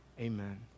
amen